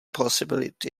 possibility